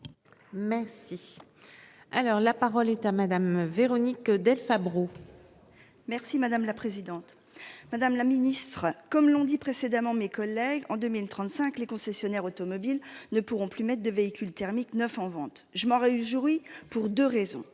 Merci. Alors la parole est à madame Véronique Del Fabro. Merci madame la présidente, madame la Ministre, comme l'ont dit précédemment, mes collègues en 2035, les concessionnaires automobiles ne pourront plus maître de véhicules thermiques neufs en vente je m'aurait eu jury pour 2 raisons,